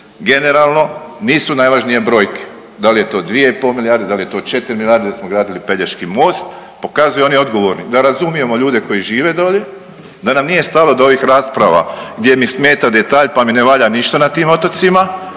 Generalno nisu najvažnije brojke da li je to dvije i pol milijarde, da li je to četiri milijarde jer smo gradili Pelješki most. Pokazuju oni odgovorni da razumijemo ljude koji žive dolje, da nam nije stalo do ovih rasprava gdje mi smeta detalj pa mi ne valja ništa na tim otocima,